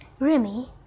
Remy